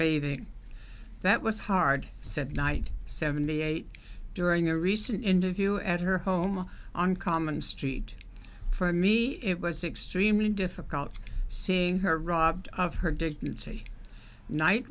bathing that was hard said knight seventy eight during a recent interview at her home on common street for me it was extremely difficult seeing her robbed of her dignity knight